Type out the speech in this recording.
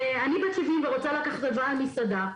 ואני בת 70 ורוצה לקחת הלוואה על מסעדה,